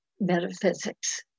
metaphysics